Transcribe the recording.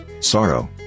sorrow